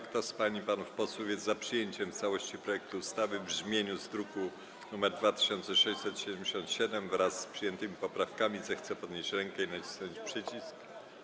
Kto z pań i panów posłów jest za przyjęciem w całości projektu ustawy w brzmieniu z druku nr 2677, wraz z przyjętymi poprawkami, zechce podnieść rękę i nacisnąć przycisk.